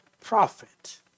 prophet